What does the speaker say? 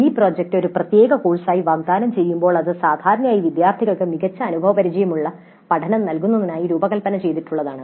mini project ഒരു പ്രത്യേക കോഴ്സായി വാഗ്ദാനം ചെയ്യുമ്പോൾ ഇത് സാധാരണയായി വിദ്യാർത്ഥികൾക്ക് മികച്ച അനുഭവപരിചയമുള്ള പഠനം നൽകുന്നതിനായി രൂപകൽപ്പന ചെയ്തിട്ടുള്ളതാണ്